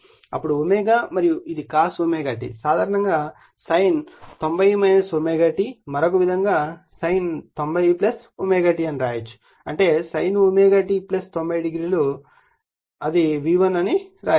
అప్పుడు ω మరియు ఇది cos ω t సాధారణంగా sin 90 o ω t మరొక విధంగా sin 90 o ω t అని వ్రాయవచ్చు అంటే sin ω t 90 o అది V1 అని వ్రాయవచ్చు